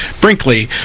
Brinkley